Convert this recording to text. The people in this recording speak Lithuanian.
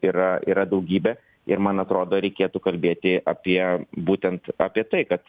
yra yra daugybė ir man atrodo reikėtų kalbėti apie būtent apie tai kad